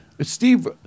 Steve